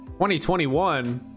2021